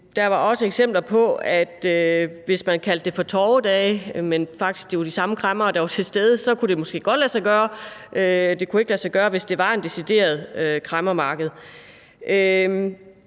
der var også eksempler på, at hvis man kaldte det for torvedage, men at det var de samme kræmmere, der var til stede, så kunne det måske godt lade sig gøre. Det kunne ikke lade sig gøre, hvis det var et decideret kræmmermarked.